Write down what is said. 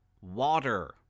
Water